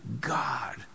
God